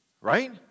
Right